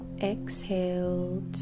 Exhale